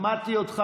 שמעתי אותך.